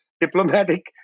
diplomatic